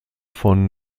von